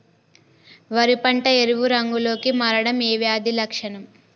వరి పంట ఎరుపు రంగు లో కి మారడం ఏ వ్యాధి లక్షణం?